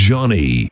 Johnny